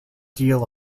deal